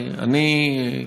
אני,